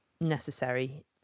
necessary